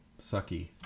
sucky